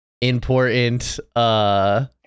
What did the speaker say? important